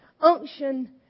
unction